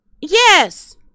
Yes